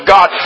God